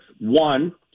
One